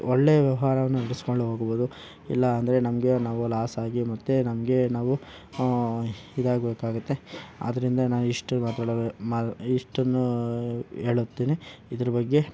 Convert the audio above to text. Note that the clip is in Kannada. ಒಳ್ಳೆ ವ್ಯವಹಾರ ನಡೆಸಿಕೊಂಡು ಹೋಗಬಹುದು ಇಲ್ಲ ಅಂದರೆ ನಮಗೆ ನಾವು ಲಾಸ್ ಆಗಿ ಮತ್ತೆ ನಮಗೆ ನಾವು ಇದಾಗ್ಬೇಕಾಗುತ್ತೆ ಆದ್ದರಿಂದ ನಾವು ಇಷ್ಟು ಮಾತಾಡಿ ಮಾತು ಇಷ್ಟನ್ನು ಹೇಳ್ತೀನಿ ಇದ್ರ ಬಗ್ಗೆ